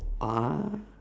!huh!